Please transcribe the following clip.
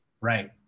Right